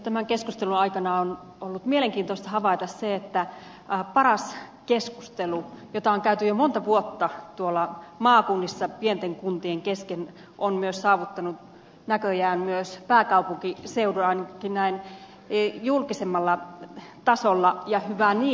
tämän keskustelun aikana on ollut mielenkiintoista havaita se että paras keskustelu jota on käyty jo monta vuotta tuolla maakunnissa pienten kuntien kesken on saavuttanut näköjään myös pääkaupunkiseudun ainakin näin julkisemmalla tasolla ja hyvä niin